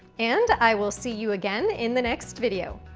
and i will see you again in the next video.